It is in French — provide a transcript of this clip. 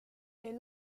est